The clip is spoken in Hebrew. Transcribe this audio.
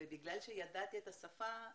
בגלל שידעתי את השפה,